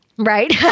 Right